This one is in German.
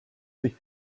sich